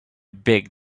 big